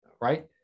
right